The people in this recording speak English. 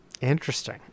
Interesting